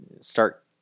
start